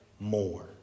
more